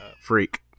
Freak